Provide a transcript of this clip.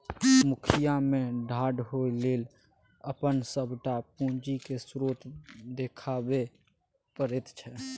मुखिया मे ठाढ़ होए लेल अपन सभटा पूंजीक स्रोत देखाबै पड़ैत छै